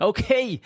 Okay